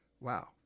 Wow